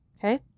Okay